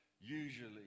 usually